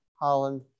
Holland